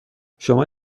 شما